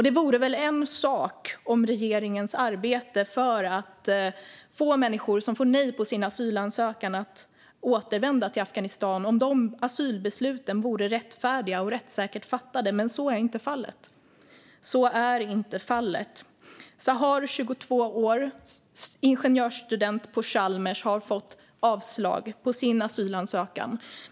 Det vore väl en sak om regeringens arbete att få människor som får nej på sin asylansökan att återvända till Afghanistan byggde på rättfärdiga och rättssäkert fattade asylbeslut, men så är inte fallet. Sahar, 22 år, är en ingenjörsstudent på Chalmers som har fått avslag på sin asylansökan.